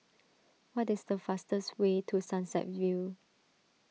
what is the fastest way to Sunset View